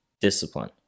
Discipline